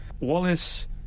Wallace